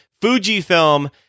Fujifilm